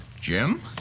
Jim